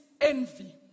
envy